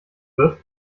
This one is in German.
wird